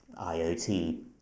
IoT